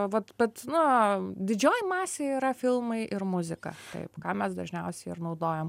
vat bet na didžioji masė yra filmai ir muzika taip ką mes dažniausiai ir naudojam